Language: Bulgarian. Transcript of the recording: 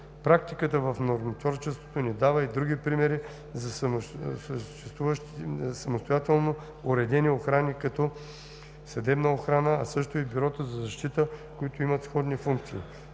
Практиката в нормотворчеството ни дава и други примери за съществуване на самостоятелно уредени охрани, като Съдебна охрана, а също и Бюрото по защита, които имат сходни функции.